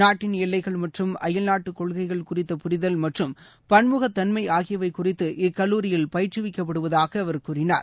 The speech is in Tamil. நாட்டின் எல்லைகள் மற்றும் அயல்நாட்டுக் கொள்கைகள் குறித்த புரிதல் மற்றும் பன்முகத் தன்மை ஆகியவை குறித்து இக்கல்லூரியில் பயிற்றுவிக்கப்படுவதாக அவர் கூறினார்